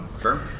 Sure